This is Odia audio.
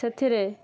ସେଥିରେ